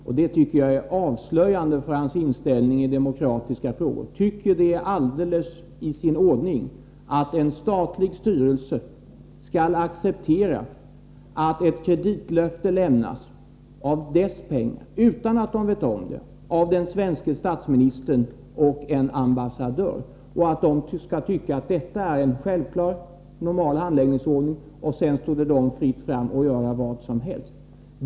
Fru talman! Då skall jag bara konstatera att utrikesministern — och det tycker jag är avslöjande för hans inställning i demokratiska frågor — tycker att det är helt i sin ordning att en statlig myndighet får acceptera att den svenske statsministern och en ambassadör lämnar ett löfte om kredit av styrelsens pengar utan att styrelsen vet om det, att styrelsen skall uppfatta detta som en normal handläggningsordning och att det sedan står den fritt att göra vad som helst.